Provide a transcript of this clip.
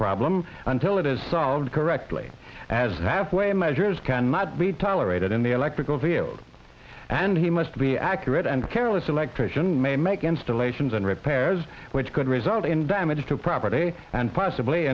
problem until it is solved correctly as that way measures can not be tolerated in the electrical field and he must be accurate and careless electrician may make installations and repairs which could result in damage to property and possibly